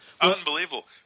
Unbelievable